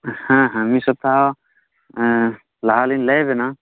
ᱦᱮᱸ ᱦᱮᱸ ᱢᱤᱫ ᱥᱚᱯᱛᱟ ᱦᱚᱸ ᱞᱟᱦᱟ ᱞᱤᱧ ᱞᱟᱹᱭ ᱟᱵᱮᱱᱟ